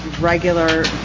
regular